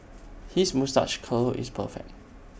his moustache curl is perfect